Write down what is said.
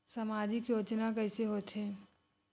सामजिक योजना कइसे होथे?